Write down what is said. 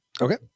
Okay